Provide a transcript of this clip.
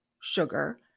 sugar